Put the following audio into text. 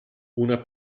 una